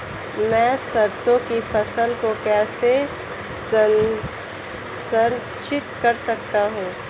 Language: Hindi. मैं सरसों की फसल को कैसे संरक्षित कर सकता हूँ?